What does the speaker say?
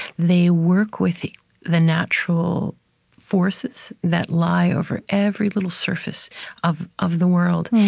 they work with the the natural forces that lie over every little surface of of the world,